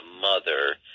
mother